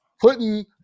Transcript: putting